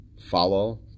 Follow